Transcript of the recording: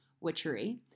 witchery